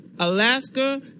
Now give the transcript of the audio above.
Alaska